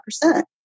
percent